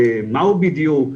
מהו בדיוק?